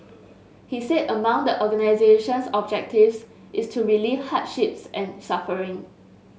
he said among the organisation's objectives is to relieve hardships and suffering